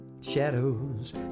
shadows